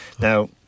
Now